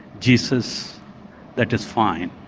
jesus that is fine.